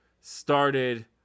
started